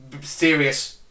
serious